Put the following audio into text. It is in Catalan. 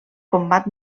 combat